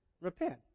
repent